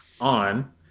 on